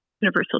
universal